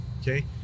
okay